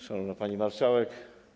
Szanowna Pani Marszałek!